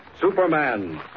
Superman